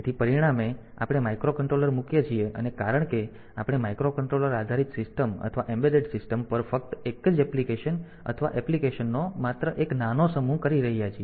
તેથી પરિણામે આપણે માઇક્રોકન્ટ્રોલર મૂકીએ છીએ અને કારણ કે આપણે માઇક્રોકન્ટ્રોલર આધારિત સિસ્ટમ અથવા એમ્બેડેડ સિસ્ટમ પર ફક્ત એક જ એપ્લિકેશન અથવા એપ્લિકેશનનો માત્ર એક નાનો સમૂહ કરી રહ્યા છીએ